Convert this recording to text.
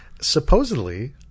Supposedly